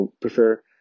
prefer